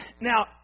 Now